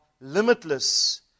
limitless